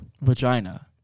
Vagina